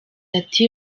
ati